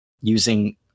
using